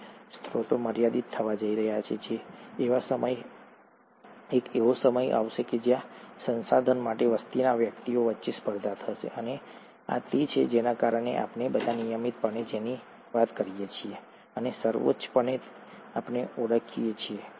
જો સ્ત્રોતો મર્યાદિત થવા જઈ રહ્યા છે તો એક એવો સમય આવશે જ્યાં સંસાધન માટે વસ્તીના વ્યક્તિઓ વચ્ચે સ્પર્ધા થશે અને આ તે છે જેના કારણે આપણે બધા નિયમિતપણે જેની વાત કરીએ છીએ અને સર્વોચ્ચપણે તરીકે ઓળખીએ છીએ